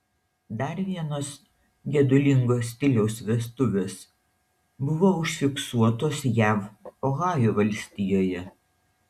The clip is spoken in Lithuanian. dar vienos gedulingo stiliaus vestuvės buvo užfiksuotos jav ohajo valstijoje